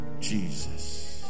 Jesus